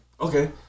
okay